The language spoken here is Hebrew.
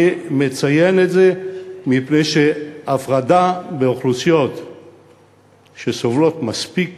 אני מציין את זה מפני שהפרדה בין אוכלוסיות שסובלות מספיק